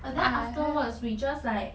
but then afterwards we just like